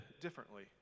differently